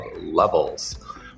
Levels